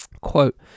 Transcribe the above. Quote